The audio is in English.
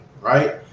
Right